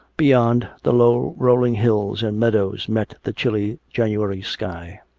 beyond, the low rolling hills and meadows met the chilly january sky.